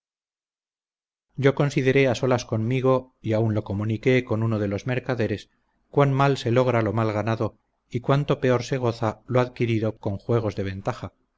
yo consideré a solas conmigo y aun lo comuniqué con uno de los mercaderes cuán mal se logra lo mal ganado y cuánto peor se goza lo adquirido con juegos de ventaja